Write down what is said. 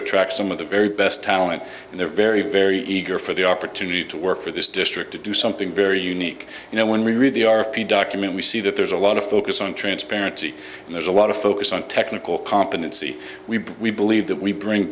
attract some of the very best talent and they're very very eager for the opportunity to work for this district to do something very unique you know when we read the r f p document we see that there's a lot of focus on transparency and there's a lot of focus on technical competency we believe that we bring